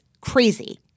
crazy